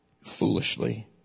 foolishly